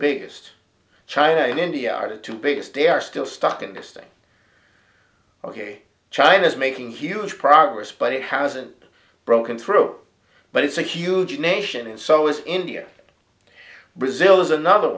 biggest china and india are the two biggest they are still stuck in this thing ok china is making huge progress but it hasn't broken through but it's a huge nation and so is india brazil is another